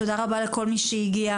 תודה רבה לכל מי שהגיע.